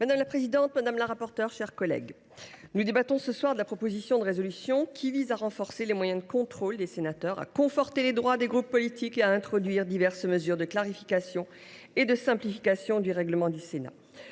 Madame la présidente, madame le rapporteur, mes chers collègues, nous débattons ce soir d’une proposition de résolution qui vise à renforcer les moyens de contrôle des sénateurs, à conforter les droits des groupes politiques et à introduire diverses mesures de clarification et de simplification du règlement du Sénat.